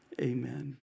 Amen